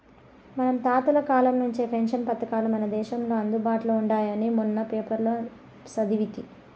మన తాతల కాలం నుంచే పెన్షన్ పథకాలు మన దేశంలో అందుబాటులో ఉండాయని మొన్న పేపర్లో సదివితి